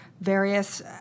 various